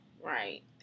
Right